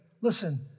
listen